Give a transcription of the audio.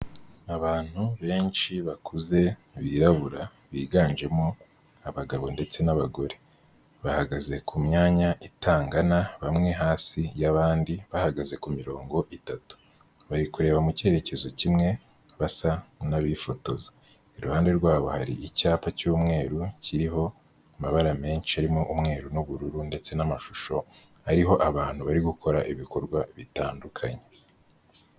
Abantu benshi bakuze birabura, biganjemo abagabo ndetse n'abagore. Bahagaze ku myanya itangana bamwe hasi y'abandi bahagaze ku mirongo itatu. Bari kureba mu cyerekezo kimwe basa n'abifotoza. Iruhande rwabo hari icyapa cy'umweru kiriho amabara menshi arimo umweru n'ubururu ndetse n'amashusho ariho abantu bari gukora ibikorwa bitandukanye.